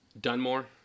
Dunmore